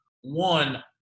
One